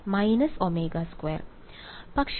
വിദ്യാർത്ഥി − ω2